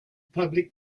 public